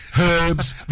herbs